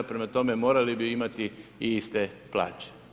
Prema tome, morali bi imati i iste plaće.